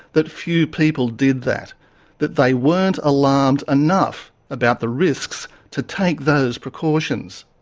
that few people did that that they weren't alarmed enough about the risks to take those precautions.